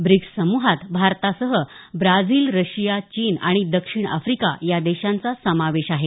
BRICS समूहात भारतासह Brazil Russia चीन आणि दक्षिण आफ्रिका या देशांचा समावेश आहे